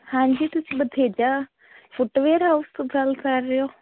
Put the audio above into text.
ਹਾਂਜੀ ਤੁਸੀਂ Batheja footwear house ਤੋਂ ਗੱਲ ਕਰ ਰਹੇ ਹੋ